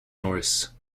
norris